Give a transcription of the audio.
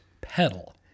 pedal